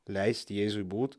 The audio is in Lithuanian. leist jėzui būt